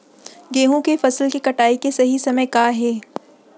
गेहूँ के फसल के कटाई के सही समय का हे?